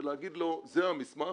ולהגיד לו "זה המסמך,